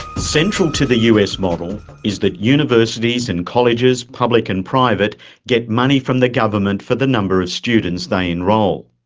central to the us model is that universities and colleges public and private get money from the government for the number of students they enrol.